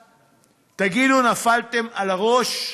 תגידו, נפלתם על הראש?